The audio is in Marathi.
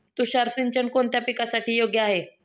तुषार सिंचन कोणत्या पिकासाठी योग्य आहे?